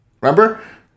Remember